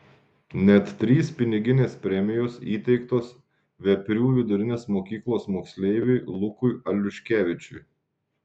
net trys piniginės premijos įteiktos veprių vidurinės mokyklos moksleiviui lukui aliuškevičiui